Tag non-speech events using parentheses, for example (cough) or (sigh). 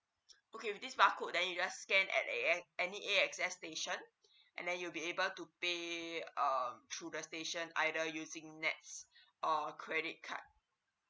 okay with this barcode then you just scan at A_X any A_X_S station (breath) and then you'll be able to pay uh through the station either using N_E_T_S or credit card